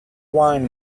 wine